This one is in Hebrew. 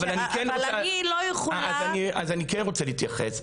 אבל אני כן רוצה להתייחס.